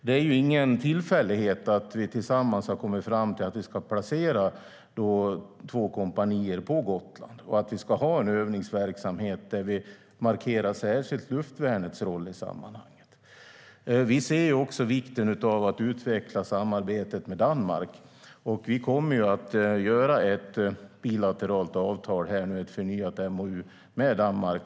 Det är ingen tillfällighet att vi tillsammans har kommit fram till att vi ska placera två kompanier på Gotland, och att vi ska ha en övningsverksamhet där vi särskilt markerar luftvärnets roll. Vi ser också vikten av att utveckla samarbetet med Danmark. Vi kommer nu att ingå ett bilateralt avtal, ett förnyat MOU, med Danmark.